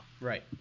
Right